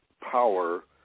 power